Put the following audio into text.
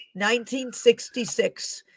1966